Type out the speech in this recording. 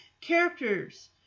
characters